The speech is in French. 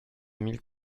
mille